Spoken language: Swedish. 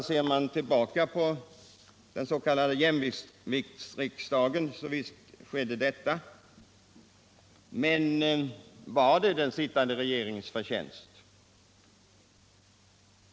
Ser man tillbaka på den s.k. jämviktsriksdagen måste man konstatera att visst skedde detta. Men, var det den då sittande regeringens förtjänst?